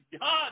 God